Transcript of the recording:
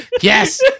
Yes